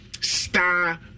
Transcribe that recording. star